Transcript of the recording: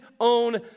own